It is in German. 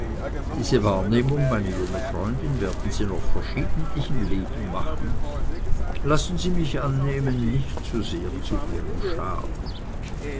diese wahrnehmung meine junge freundin werden sie noch verschiedentlich im leben machen lassen sie mich annehmen nicht zu sehr zu ihrem schaden